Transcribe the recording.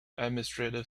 administrative